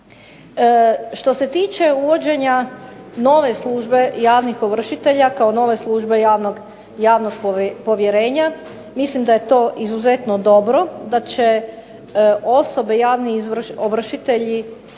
Što se tiče uvođenja nove službe nove službe javnih ovršiteljima, kao nove službe javnog povjerenja, mislim da je to izuzetno dobro, da će osobe javni ovršitelji